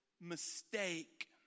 mistake